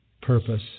purpose